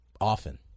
often